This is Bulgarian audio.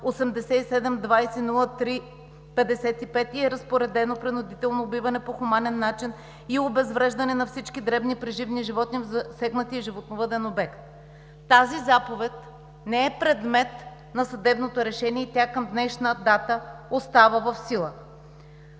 8720-0355 и е разпоредено принудително убиване по хуманен начин и обезвреждане на всички дребни преживни животни в засегнатия животновъден обект. Тази заповед не е предмет на съдебното решение и тя към днешна дата остава в сила.